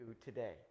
today